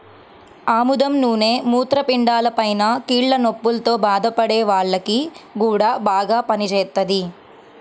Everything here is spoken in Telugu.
ఆముదం నూనె మూత్రపిండాలపైన, కీళ్ల నొప్పుల్తో బాధపడే వాల్లకి గూడా బాగా పనిజేత్తది